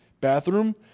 bathroom